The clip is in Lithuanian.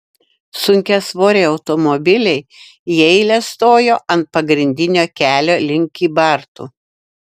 sunkiasvoriai automobiliai į eilę stojo ant pagrindinio kelio link kybartų